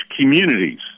communities